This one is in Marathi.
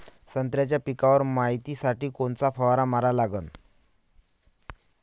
संत्र्याच्या पिकावर मायतीसाठी कोनचा फवारा मारा लागन?